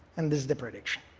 and this is the prediction.